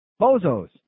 Bozos